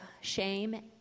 shame